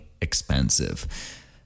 expensive